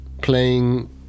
playing